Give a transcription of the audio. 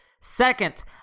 Second